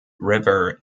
river